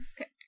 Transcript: okay